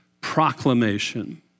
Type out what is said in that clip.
Proclamation